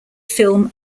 film